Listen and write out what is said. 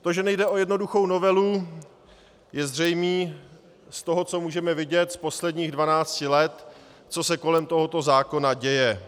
To, že nejde o jednoduchou novelu, je zřejmé z toho, co můžeme vidět z posledních dvanácti let, co se kolem tohoto zákona děje.